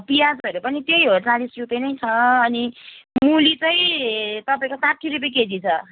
प्याजहरू पनि त्यही हो चालिस रुपियाँ नै छ अनि मुली चाहिँ तपाईँको साठी रुपियाँ केजी छ